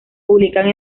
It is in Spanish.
publican